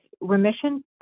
remission